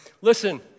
listen